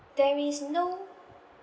there is no